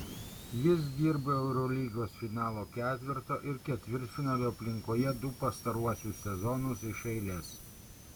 jis dirbo eurolygos finalo ketverto ir ketvirtfinalio aplinkoje du pastaruosius sezonus iš eilės